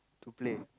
to play